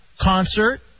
concert